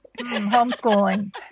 Homeschooling